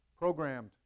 programmed